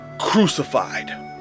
crucified